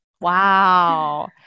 Wow